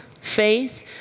faith